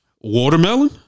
Watermelon